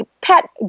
pet